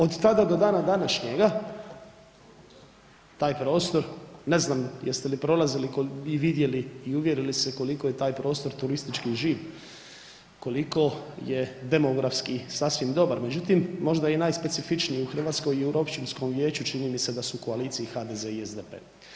Od tada do dana današnjega taj prostor ne znam jeste li prolazili i vidjeli i uvjerili se koliko je taj prostor turistički živ, koliko je demografski sasvim dobar međutim možda i najspecifičniji i u Hrvatskoj i u općinskom vijeću čini mi se da su u koaliciji HDZ i SDP.